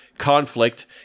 conflict